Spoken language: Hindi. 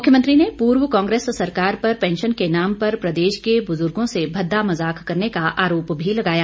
मुख्यमंत्री ने पूर्व कांग्रेस सरकार पर पैंशन के नाम पर प्रदेश के बुजुर्गो से भद्दा मजाक करने का आरोप भी लगाया